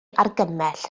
argymell